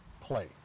play